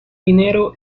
dinero